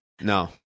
No